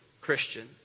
Christian